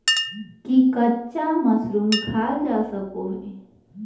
की कच्चा मशरूम खाल जा सको हय?